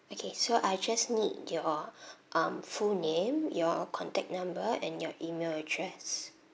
okay so I just need your um full name your contact number and your email address